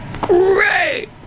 Great